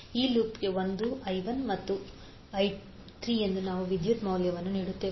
ಈ ಲೂಪ್ಗೆ I1ಮತ್ತು ಈ ಲೂಪ್ಗಾಗಿ I3ಎಂದು ನಾವು ವಿದ್ಯುತ್ ಮೌಲ್ಯವನ್ನು ನೀಡುತ್ತೇವೆ